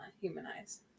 humanize